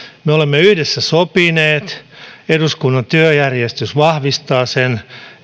me olemme yhdessä sopineet ja eduskunnan työjärjestys vahvistaa sen